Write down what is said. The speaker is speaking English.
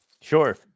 sure